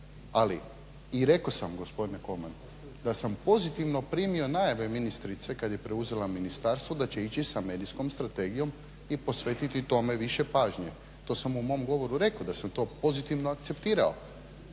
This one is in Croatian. ali i rekao sam gospodine Kolman da sam pozitivno primio najave ministrice kad je preuzela Ministarstvo da će ići sa medijskom strategijom i posvetiti tome više pažnje. To sam u mom govoru rekao da sam to pozitivno akceptirao